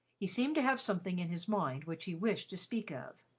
he seemed to have something in his mind which he wished to speak of.